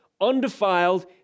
undefiled